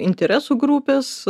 interesų grupės